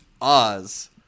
Oz